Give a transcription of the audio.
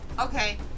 Okay